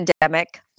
pandemic